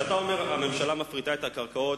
כשאתה אומר: הממשלה מפריטה את הקרקעות,